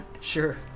Sure